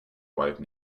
wife